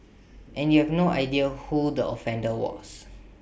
and you have no idea who the offender was